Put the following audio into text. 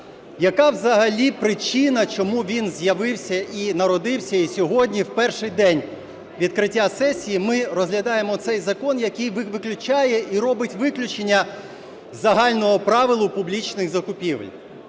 яка взагалі причина, чому він з'явився і народився і сьогодні в перший день відкриття сесії ми розглядаємо цей закон, який виключає і робить виключення загального правила публічних закупівель?